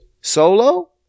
Solo